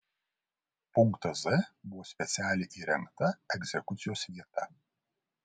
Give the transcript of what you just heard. punktas z buvo specialiai įrengta egzekucijos vieta